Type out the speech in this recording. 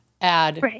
add